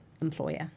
employer